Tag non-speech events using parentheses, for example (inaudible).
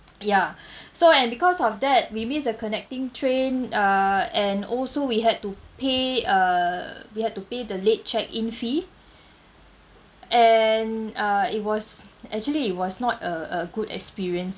ya (breath) so and because of that we missed the connecting train uh and also we had to pay uh we had to pay the late check in fee and uh it was actually it was not a a good experience